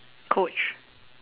coach